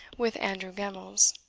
with andrew gemmells.